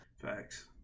Facts